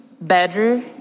better